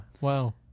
Wow